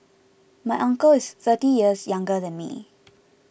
my uncle is thirty years younger than me